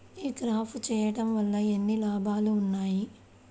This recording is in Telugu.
ఈ క్రాప చేయుట వల్ల ఎన్ని లాభాలు ఉన్నాయి?